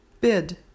Bid